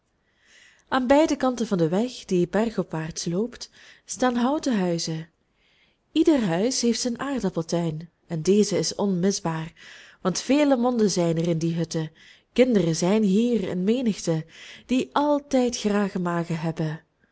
aan beide kanten van den weg die bergopwaarts loopt staan houten huizen ieder huis heeft zijn aardappeltuin en deze is onmisbaar want vele monden zijn er in die hutten kinderen zijn hier in menigte die altijd grage magen hebben